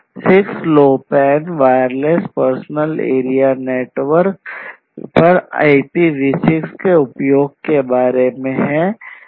6LoWPAN wireless personal area network पर IPv6 का उपयोग के बारे में है